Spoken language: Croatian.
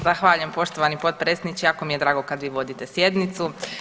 Zahvaljujem poštovani potpredsjedniče, jako mi je drago kad vi vodite sjednicu.